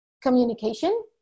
communication